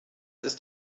ist